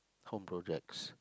home projects